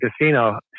casino